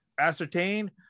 ascertain